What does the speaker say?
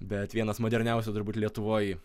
bet vienas moderniausių turbūt lietuvoj